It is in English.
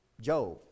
Job